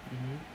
mmhmm